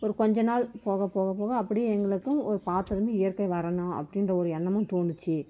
ஒரு கொஞ்சம் நாள் போக போக போக அப்டேயே எங்களுக்கும் ஒரு பார்த்ததுமே இயற்கையை வரணும் அப்படின்ற ஒரு எண்ணமும் தோணிச்சு